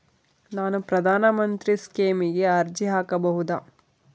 ನಾನು ಪ್ರಧಾನ ಮಂತ್ರಿ ಸ್ಕೇಮಿಗೆ ಅರ್ಜಿ ಹಾಕಬಹುದಾ?